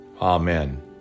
Amen